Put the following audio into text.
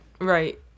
Right